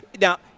Now